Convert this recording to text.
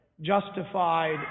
justified